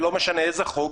ולא משנה איזה חוק,